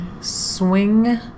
swing